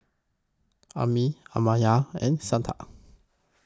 Amit Amartya and Satya